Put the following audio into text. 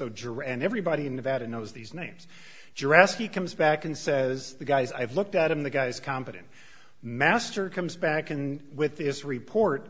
and everybody in nevada knows these names dressed he comes back and says guys i've looked at him the guy's competent master comes back and with this report